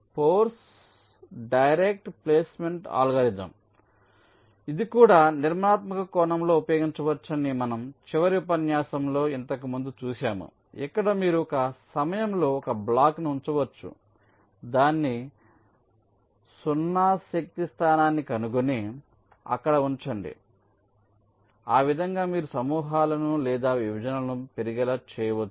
force direct placement algorithm కూడా నిర్మాణాత్మక కోణంలో ఉపయోగించవచ్చని మన చివరి ఉపన్యాసంలో ఇంతకుముందు చూశాము ఇక్కడ మీరు ఒక సమయంలో ఒక బ్లాక్ను ఉంచవచ్చు దాని 0 శక్తి స్థానాన్ని కనుగొని అక్కడ ఉంచండి ఆ విధంగా మీరు సమూహాలను లేదా విభజనలను పెరిగేలా చేయవచ్చు